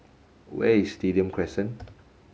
where is Stadium Crescent